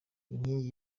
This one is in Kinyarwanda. inkingi